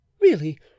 Really